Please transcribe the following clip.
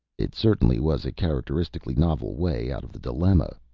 it certainly was a characteristically novel way out of the dilemma,